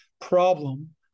problem